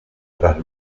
tras